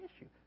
issue